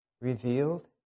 revealed